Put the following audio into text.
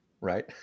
right